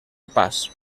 pas